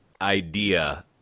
idea